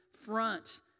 front